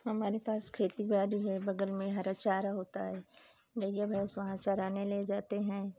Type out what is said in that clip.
हमारे पास खेती बाड़ी है बगल में हरा चारा होता है गईया भैंस वहाँ चराने ले जाते हैं